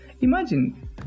Imagine